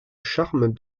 charme